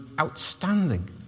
outstanding